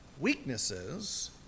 weaknesses